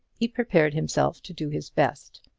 he prepared himself to do his best,